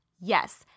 yes